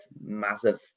massive